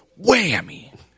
whammy